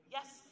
Yes